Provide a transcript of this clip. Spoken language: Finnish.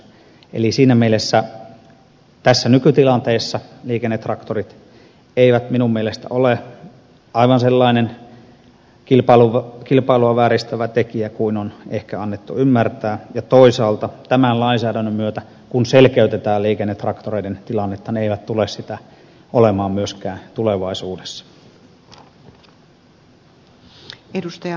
eli siinä mielessä tässä nykytilanteessa liikennetraktorit eivät minun mielestäni ole aivan sellainen kilpailua vääristävä tekijä kuin on ehkä annettu ymmärtää ja toisaalta tämän lainsäädännön myötä kun selkeytetään liikennetraktoreiden tilannetta ne eivät tule sitä olemaan myöskään tulevaisuudessa